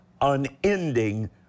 Unending